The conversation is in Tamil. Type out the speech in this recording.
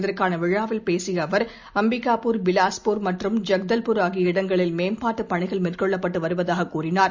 இதற்கான விழாவில் பேசிய அவர் அம்பிகாபூர் பிலாஸ்பூர் மற்றும் ஜக்தல்பூர் ஆகிய இடங்களில் மேம்பாட்டுப் பணிகள் மேற்கொள்ளப்பட்டு வருவதாக கூறினார்